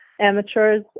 amateurs